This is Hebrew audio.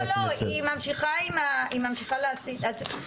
היא ממשיכה להסית.